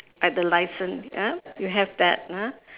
at the licen~ ya you have that ah